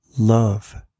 Love